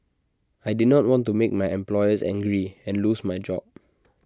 I did not want to make my employers angry and lose my job